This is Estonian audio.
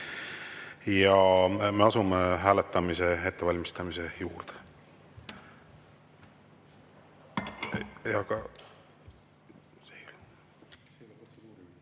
et me asume hääletamise ettevalmistamise juurde,